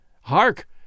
Hark